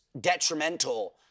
detrimental